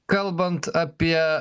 kalbant apie